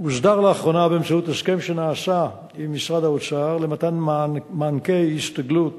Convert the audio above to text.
הוסדר לאחרונה באמצעות הסכם שנעשה עם משרד האוצר למתן מענקי הסתגלות